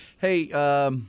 Hey